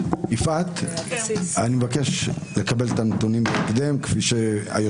אני מבקש לקבל את הנתונים מהמשטרה בהקדם כפי שביקש